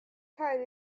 time